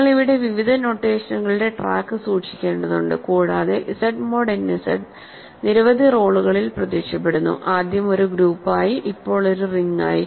നിങ്ങൾ ഇവിടെ വിവിധ നൊട്ടേഷനുകളുടെ ട്രാക്ക് സൂക്ഷിക്കേണ്ടതുണ്ട് കൂടാതെ Z മോഡ് n Z നിരവധി റോളുകളിൽ പ്രത്യക്ഷപ്പെടുന്നു ആദ്യം ഒരു ഗ്രൂപ്പായി ഇപ്പോൾ ഒരു റിങ് ആയി